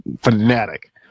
fanatic